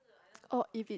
orh if it~